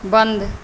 बन्द